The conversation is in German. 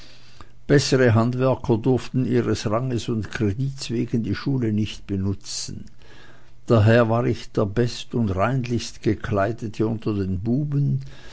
bessere handwerker durften ihres ranges und kredits wegen die schule nicht benutzen daher war ich der best und reinlichst gekleidete unter den buben